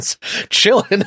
chilling